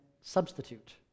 substitute